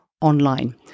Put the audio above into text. online